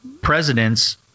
presidents